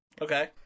Okay